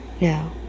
No